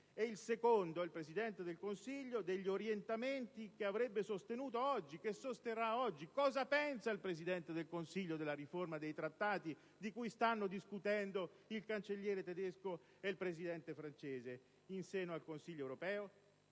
e il secondo, il Presidente del Consiglio, degli orientamenti che avrebbe sostenuto oggi, che sosterrà oggi. Cosa pensa il Presidente del Consiglio della riforma dei Trattati di cui stanno discutendo il Cancelliere tedesco e il Presidente francese in seno al Consiglio europeo?